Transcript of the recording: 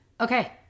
Okay